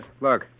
look